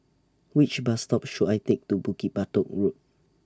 Which Bus stop should I Take to Bukit Batok Road